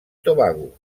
tobago